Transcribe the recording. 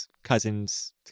cousins